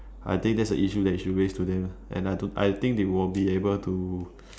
I think that's the issue you that should raise to them and I don't think I think they will be able to